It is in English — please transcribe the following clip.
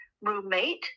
roommate